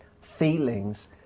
feelings